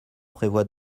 prévoit